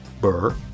Burr